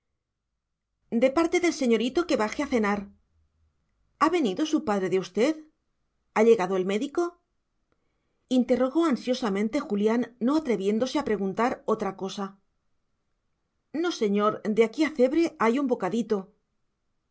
de parte del señorito que baje a cenar ha venido su padre de usted ha llegado el médico interrogó ansiosamente julián no atreviéndose a preguntar otra cosa no señor de aquí a cebre hay un bocadito